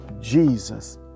jesus